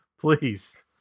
Please